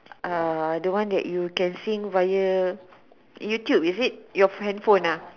uh the one that you can sing via YouTube is it your handphone ah